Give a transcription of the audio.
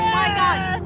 my gosh.